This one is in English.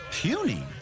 Puny